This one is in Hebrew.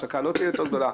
הפסקה לא תהיה יותר גדולה.